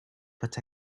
but